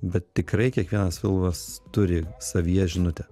bet tikrai kiekvienas filmas turi savyje žinutę